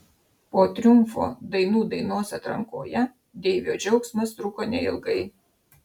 po triumfo dainų dainos atrankoje deivio džiaugsmas truko neilgai